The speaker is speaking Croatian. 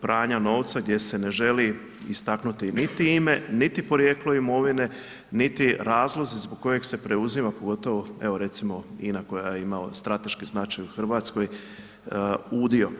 pranja novca gdje se ne želi istaknuti niti ime, niti porijeklo imovine, niti razlozi zbog kojih se preuzima pogotovo evo recimo INA koja je imala strateški značaj u Hrvatskoj, udio.